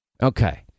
Okay